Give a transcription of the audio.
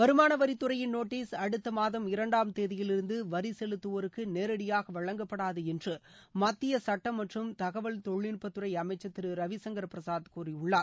வருமானவரித்துறையின் notice அடுத்த மாதம் இரண்டாம் தேதியிலிருந்து வரி செலுத்துவோருக்கு நேரடியாக வழங்கப்படாது என்று மத்திய சுட்டம் மற்றும் தகவல் தொழில்நுட்ப அமைச்சர் திரு ரவிசங்கர் பிரசாத் கூறியுள்ளார்